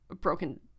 Broken